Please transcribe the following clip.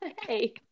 Hey